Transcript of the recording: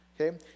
okay